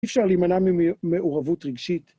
אי אפשר להימנע ממעורבות רגשית.